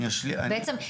בעצם,